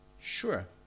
Sure